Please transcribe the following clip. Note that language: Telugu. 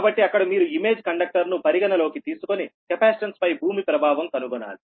కాబట్టి అక్కడ మీరు ఇమేజ్ కండక్టర్ ను పరిగణలోకి తీసుకొని కెపాసిటెన్స్పై భూమి ప్రభావం కనుగొనాలి